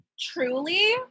Truly